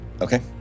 Okay